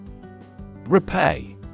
Repay